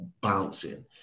bouncing